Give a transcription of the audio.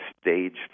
stage